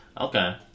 Okay